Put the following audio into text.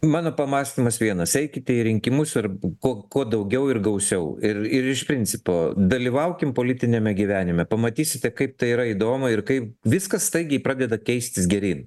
mano pamąstymas vienas eikite į rinkimus ar kuo kuo daugiau ir gausiau ir ir iš principo dalyvaukim politiniame gyvenime pamatysite kaip tai yra įdomu ir kai viskas staigiai pradeda keistis geryn